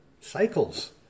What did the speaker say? cycles